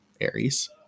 aries